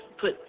put